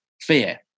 fear